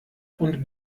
und